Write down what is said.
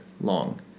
long